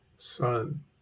son